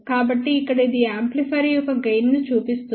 కాబట్టి ఇక్కడ ఇది యాంప్లిఫైయర్ యొక్క గెయిన్ ను చూపిస్తుంది